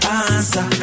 answer